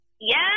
Yes